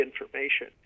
information